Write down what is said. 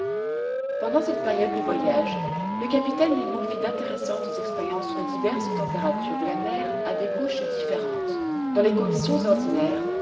pendant cette période du voyage le capitaine nemo fit d'intéressantes expériences sur les diverses températures de la mer à des couches différentes dans les conditions ordinaires